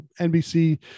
NBC